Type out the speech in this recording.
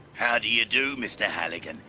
how do you do, mr. halligan?